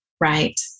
Right